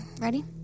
ready